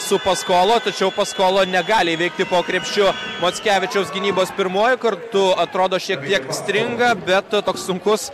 su paskola tačiau paskola negali įveikti po krepšiu mockevičiaus gynybos pirmuoju kartu atrodo šiek tiek stringa bet toks sunkus